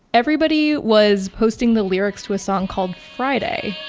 everybody was posting the lyrics to a song called friday